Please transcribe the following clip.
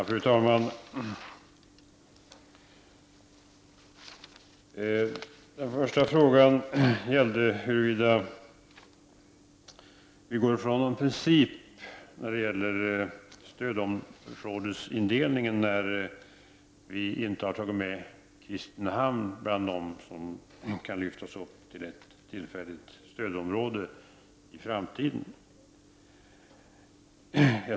Fru talman! Den första frågan gällde huruvida regeringen frångår en princip när det gäller stödområdesindelningen när vi inte tagit med Kristinehamn bland de orter som tillfälligt kan lyftas upp till stödområde i framtiden.